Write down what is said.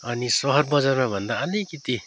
अनि सहर बजारमा भन्दा अलिकति